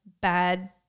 bad